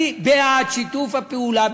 אני בעד שיתוף פעולה,